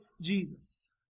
Jesus